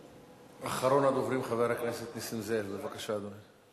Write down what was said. אחרון הדוברים, חבר הכנסת נסים זאב, בבקשה, אדוני.